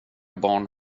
barn